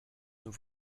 nous